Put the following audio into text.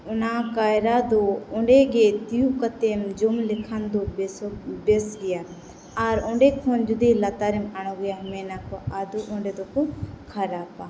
ᱚᱱᱟ ᱠᱟᱭᱨᱟ ᱫᱚ ᱚᱸᱰᱮᱜᱮ ᱛᱤᱭᱩᱜ ᱠᱟᱛᱮ ᱡᱚᱢ ᱞᱮᱠᱷᱟᱱ ᱫᱚ ᱵᱮᱥ ᱫᱚ ᱵᱮᱥ ᱜᱮᱭᱟ ᱟᱨ ᱚᱸᱰᱮ ᱠᱷᱚᱱ ᱡᱩᱫᱤ ᱞᱟᱛᱟᱨᱮᱢ ᱟᱬᱜᱚᱭᱟ ᱢᱮᱱᱟ ᱠᱚ ᱟᱫᱚ ᱚᱸᱰᱮ ᱫᱚᱠᱚ ᱠᱷᱟᱨᱟᱯᱟ